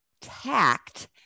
Tact